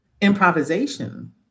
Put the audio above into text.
improvisation